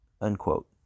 Unquote